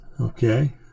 Okay